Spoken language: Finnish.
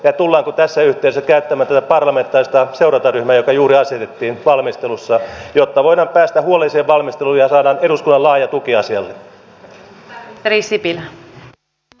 tullaanko tässä yhteydessä käyttämään tätä parlamentaarista seurantaryhmää joka juuri asetettiin valmistelussa jotta voidaan päästä huolelliseen valmisteluun ja saada eduskunnan laaja tuki asialle